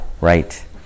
right